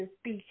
speak